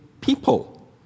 people